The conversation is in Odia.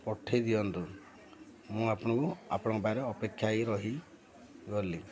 ପଠାଇ ଦିଅନ୍ତୁ ମୁଁ ଆପଣଙ୍କୁ ଆପଣଙ୍କ ପାଖରେ ଅପେକ୍ଷା ହେଇ ରହିଗଲି